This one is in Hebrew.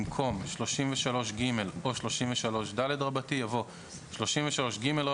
במקום "33ג או 33ד" יבוא "33ג,